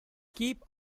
keep